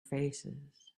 faces